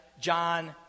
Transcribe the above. John